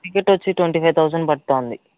టికెటొచ్చి twenty five thousand పడుతోంది